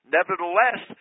Nevertheless